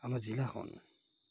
আমাৰ জিলাখন